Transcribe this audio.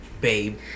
babe